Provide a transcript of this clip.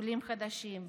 בעולים חדשים,